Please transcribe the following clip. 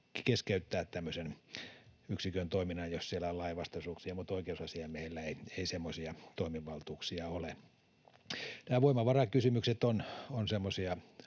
keskeyttää tämmöisen yksikön toiminnan, jos siellä on lainvastaisuuksia, mutta oikeusasiamiehellä ei semmoisia toimivaltuuksia ole. Nämä voimavarakysymykset ovat semmoisia